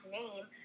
name